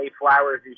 Flowers